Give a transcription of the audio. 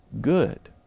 good